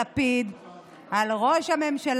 באים ואומרים, ישבו פה אנשים, דיברו על מיקי זוהר,